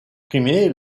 primé